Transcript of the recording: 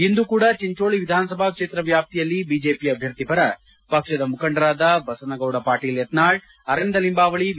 ಇಂದು ಕೂಡ ಚಿಂಚೋಳಿ ವಿಧಾನಸಭಾ ಕ್ಷೇತ್ರ ವ್ಯಾಪ್ತಿಯಲ್ಲಿ ಬಿಜೆಪಿ ಅಭ್ವರ್ಥಿ ಪರ ಪಕ್ಷದ ಮುಖಂಡರಾದ ಬಸನಗೌಡ ಪಾಟೀಲ್ ಯತ್ನಾಳ್ ಅರವಿಂದ ಲಿಂಬಾವಳಿ ವಿ